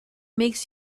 makes